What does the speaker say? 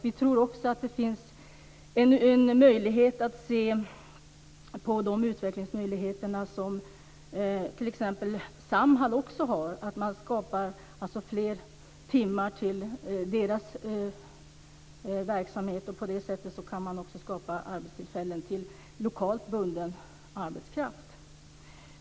Vi tror att det går att titta på de utvecklingsmöjligheter som t.ex. Samhall har. Det handlar alltså om att skapa fler timmar till dess verksamhet. På det sättet kan man skapa arbetstillfällen avseende lokalt bunden arbetskraft.